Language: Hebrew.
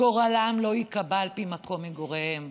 גורלם לא ייקבע על פי מקום מגוריהם.